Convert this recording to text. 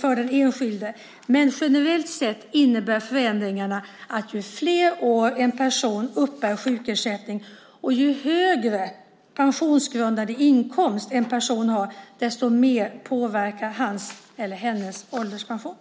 för en enskild, men generellt sett innebär förändringen att ju fler år en person uppbär sjukersättning och ju högre pensionsgrundande inkomst en person har haft, desto mer påverkas hans eller hennes ålderspension.